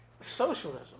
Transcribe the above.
socialism